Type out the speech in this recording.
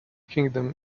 kingdom